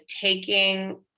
taking